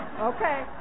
okay